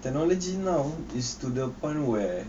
technology now is to the point where